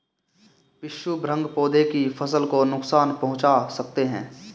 पिस्सू भृंग पौधे की फसल को नुकसान पहुंचा सकते हैं